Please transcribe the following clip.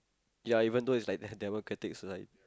ya even though it's like that democratic is like